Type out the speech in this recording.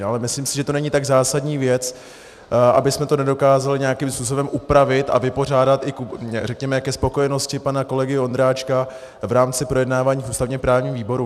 Ale myslím si, že to není tak zásadní věc, abychom to nedokázali nějakým způsobem upravit a vypořádat, řekněme, ke spokojenosti pana kolegy Ondráčka v rámci projednávání v ústavněprávním výboru.